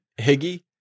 Higgy